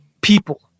people